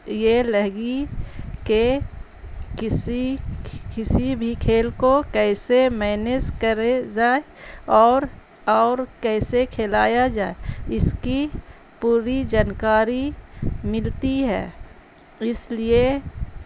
یہ لگی کہ کسی کسی بھی کھیل کو کیسے مینز کرے جائے اور اور کیسے کھلایا جائے اس کی پوری جانکاری ملتی ہے اس لیے